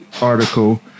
article